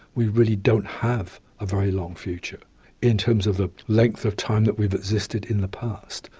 we really don't have a very long future in terms of the length of time that we've existed in the past.